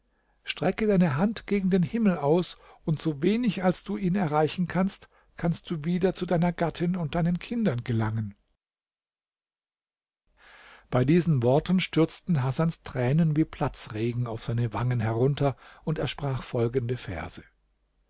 strecke deine hand gegen den himmel aus und so wenig als du ihn erreichen kannst kannst du wieder zu deiner gattin und deinen kindern gelangen bei diesen worten stürzten hasans tränen wie platzregen auf seine wangen herunter und er sprach folgende verse